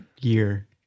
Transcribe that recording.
year